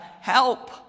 help